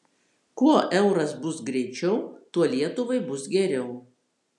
kuo euras bus greičiau tuo lietuvai bus geriau